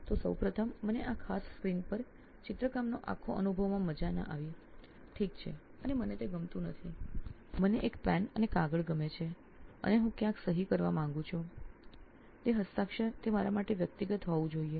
તો સૌ પ્રથમ મને આ ખાસ સ્ક્રીન પર ચિત્રકામનો આખો અનુભવ માં મજા ન આવી ઠીક છે અને મને તે ગમતું નથી મને એક પેન અને કાગળ ગમે છે અને હું ક્યાંક સહી કરવા માંગું છું તે હસ્તાક્ષર તે મારા માટે વ્યક્તિગત હોવું જોઈએ